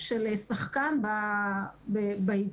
של שחקן באיגוד.